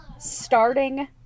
Starting